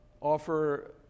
offer